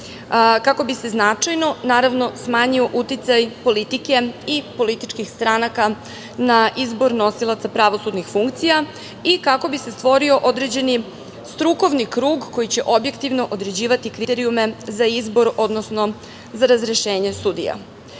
kako bi se značajno smanjio uticaj politike i političkih stranaka na izbor nosilaca pravosudnih funkcija i kako bi se stvorio određeni strukovni krug koji će objektivno određivati kriterijume za izbor, odnosno za razrešenje